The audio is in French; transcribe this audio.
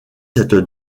cette